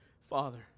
Father